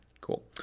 cool